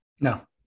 No